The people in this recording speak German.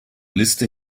liste